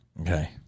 Okay